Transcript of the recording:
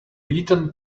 beaten